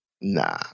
nah